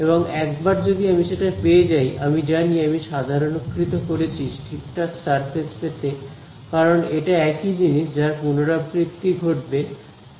এবং একবার যদি আমি সেটা পেয়ে যাই আমি জানি আমি সাধারণীকৃত করেছি ঠিকঠাক সারফেস পেতে কারণ এটা একই জিনিস যার পুনরাবৃত্তি ঘটবে প্রতি θ তে